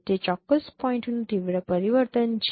તે ચોક્કસ પોઇન્ટ્સનું તીવ્ર પરિવર્તન છે